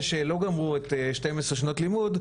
שלא גמרו את השתיים עשרה שנות לימוד,